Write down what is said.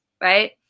right